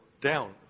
down